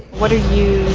what are you.